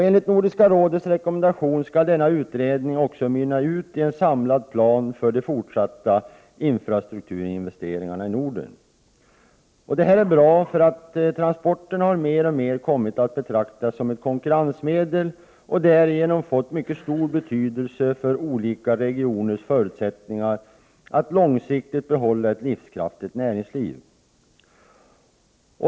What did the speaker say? Enligt Nordiska rådets rekommendation skall denna utredning mynna ut i en samlad plan för de fortsatta infrastrukturinvesteringarna i Norden. Detta är bra, eftersom transporterna har mer och mer kommit att betraktas som ett konkurrensmedel och därigenom fått mycket stor betydelse för olika regioners förutsättningar att långsiktigt behålla ett livskraftigt näringsliv.